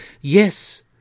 Yes